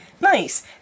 Nice